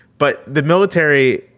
but the military,